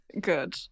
Good